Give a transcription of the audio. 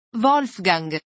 Wolfgang